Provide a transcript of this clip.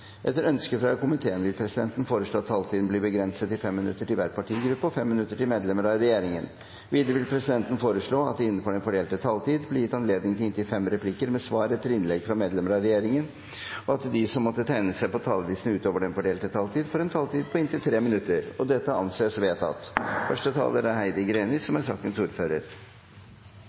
Etter ønske fra kommunal- og forvaltningskomiteen vil presidenten foreslå at taletiden blir begrenset til 5 minutter til hver partigruppe og 5 minutter til medlemmer av regjeringen. Videre vil presidenten foreslå at det – innenfor den fordelte taletid – blir gitt anledning til inntil fem replikker med svar etter innlegg fra medlemmer av regjeringen, og at de som måtte tegne seg på talerlisten utover den fordelte taletid, får en taletid på inntil 3 minutter. – Det anses vedtatt. Som